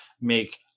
make